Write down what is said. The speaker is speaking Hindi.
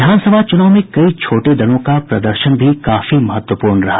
विधानसभा चूनाव में कई छोटे दलों का प्रदर्शन भी काफी महत्वपूर्ण रहा